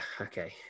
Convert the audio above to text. okay